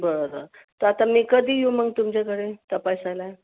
बरं तर आता मी कधी येऊ मग तुमच्याकडे तपासायला